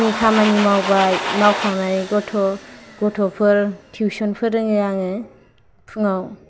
फुंनि खामानि मावबाय मावखांनानै गथ' गथ'फोरखौ टिउशन फोरोङो आङो फुङाव